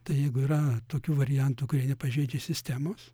tai jeigu yra tokių variantų kurie nepažeidžia sistemos